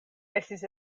estis